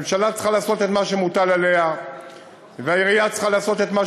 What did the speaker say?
הממשלה צריכה לעשות את מה שמוטל עליה והעירייה צריכה לעשות את מה